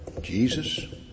Jesus